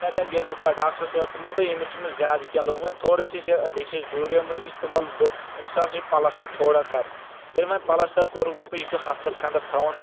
تتہِ حظ ییٚلہِ بہٕ پَتہٕ ڈاکٹرس وۄنۍ تِمو دوٚپ أمِس چھُنہٕ زیادٕ کینٛہہ لوٚگمُت تھوڑا چھِ أسۍ أڈِیج چھس دوٗرے مٕژ یہِ تِمو دوٚپ أمِس ہسا چھُ پَلَستَر تھوڑا کران ییٚلہِ وۄنۍ پَلَستَر کوٚرُکھ دوٚپ یہِ چھُ ہفتس کھنٛڈس تھاوُن